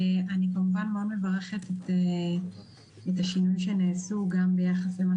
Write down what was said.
אני כמובן מאוד מברכת את השינויים שנעשו גם ביחס למה